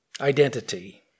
identity